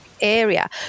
area